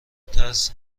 ترس